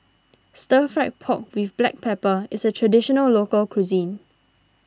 Stir Fried Pork with Black Pepper is a Traditional Local Cuisine